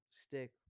stick